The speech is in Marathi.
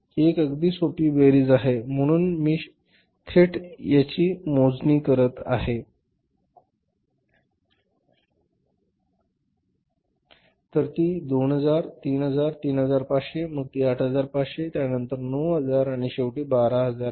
ही एक अगदी सोपी बेरीज आहे म्हणून मी थेट याची मोजणी करत आहे तर ती 2000 3000 3500 मग ती 8500 त्यानंतर 9000 आणि शेवटी ती 12000 आहे